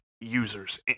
users